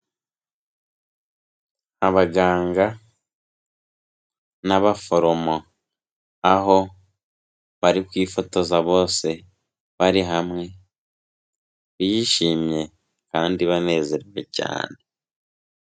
Abaganga n'abaforomo aho bari kwifotoza bose bari hamwe, bishimye kandi banezerewe cyane.